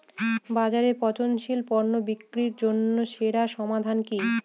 বাজারে পচনশীল পণ্য বিক্রির জন্য সেরা সমাধান কি?